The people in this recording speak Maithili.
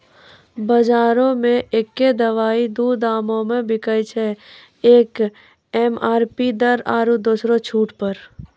बजारो मे एक्कै दवाइ दू दामो मे बिकैय छै, एक एम.आर.पी दर आरु दोसरो छूट पर